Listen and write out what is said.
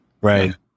Right